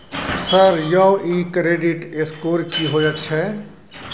Sir यौ इ credit score की होयत छै?